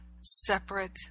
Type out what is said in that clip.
separate